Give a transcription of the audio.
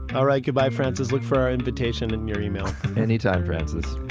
alright goodbye francis look for our invitation in your email anytime francis